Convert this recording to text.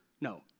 No